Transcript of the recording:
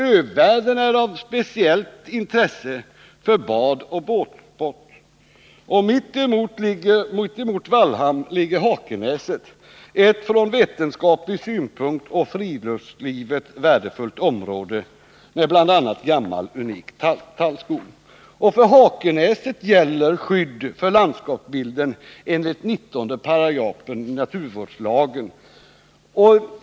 Övärlden är av speciellt intresse för bad och båtsport. Mitt emot Vallhamn ligger Hakenäset, ett från vetenskaplig synpunkt och för friluftslivet värdefullt område med bl.a. gammal unik tallskog. För Hakenäset gäller skydd för lanskapsbilden enligt 19 § naturvårdslagen.